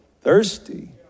thirsty